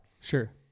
Sure